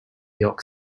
york